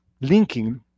linking